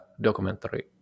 documentary